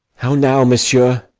how now, monsieur!